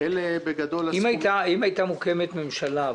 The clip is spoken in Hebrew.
אם הייתה מוקמת ממשלה,